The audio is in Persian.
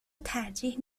ترجیح